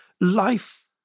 life